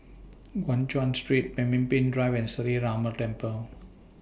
Guan Chuan Street Pemimpin Drive and Sree Ramar Temple